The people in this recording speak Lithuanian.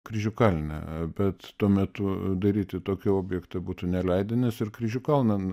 kryžių kalne bet tuo metu daryti tokio objekto būtų neleidę nes ir kryžių kalnan